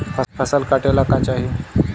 फसल काटेला का चाही?